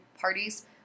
parties